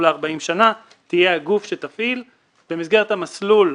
ל-40 שנה תהיה הגוף שיפעיל במסגרת המסלול.